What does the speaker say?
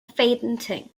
fainting